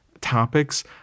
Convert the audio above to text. topics